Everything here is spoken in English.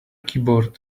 keyboard